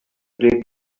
dig